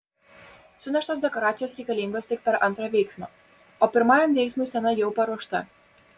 suneštos dekoracijos reikalingos tik per antrą veiksmą o pirmajam veiksmui scena jau paruošta